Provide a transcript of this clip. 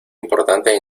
importante